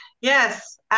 Yes